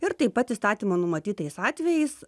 ir taip pat įstatymo numatytais atvejais